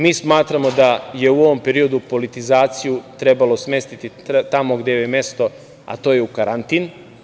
Mi smatramo da je u ovom periodu politizaciju trebalo smestiti tamo gde joj je mesto, a to je u karantin.